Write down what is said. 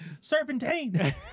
Serpentine